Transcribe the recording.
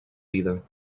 vida